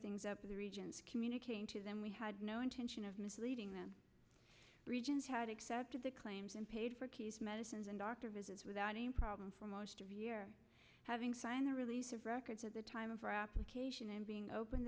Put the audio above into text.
things up with regions communicating to them we had no intention of misleading them regions had accepted the claims and paid for case medicines and doctor visits without any problem for most of year having signed the release of records at the time of our application and being open